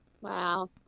Wow